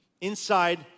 inside